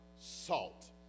salt